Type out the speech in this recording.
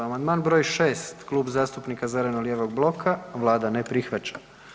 Amandman broj 6. Klub zastupnika zeleno-lijevog bloka, Vlada ne prihvaća.